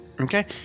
Okay